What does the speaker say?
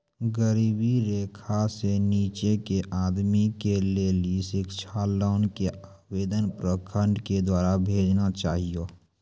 गरीबी रेखा से नीचे के आदमी के लेली शिक्षा लोन के आवेदन प्रखंड के द्वारा भेजना चाहियौ?